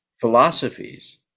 philosophies